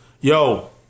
Yo